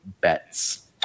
bets